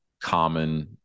common